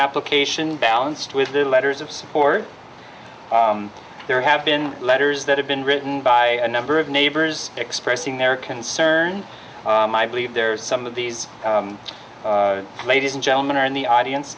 application balanced with the letters of support there have been letters that have been written by a number of neighbors expressing their concern i believe there is some of these ladies and gentlemen are in the audience